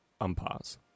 unpause